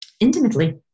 Intimately